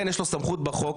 כן יש לו סמכות בחוק,